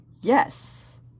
Yes